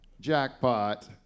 jackpot